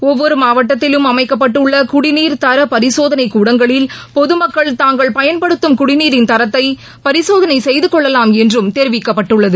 ஒவ்வொரு மாவட்டத்திலும் அமைக்கப்பட்டுள்ள குடிநீர் தர பரிசோதனை கூடங்களில் பொதுமக்கள் தாங்கள் பயன்படுத்தும் குடிநீரின் தரத்தை பரிசோதனை செய்து கொள்ளலாம் என்றும் தெரிவிக்கப்பட்டுள்ளது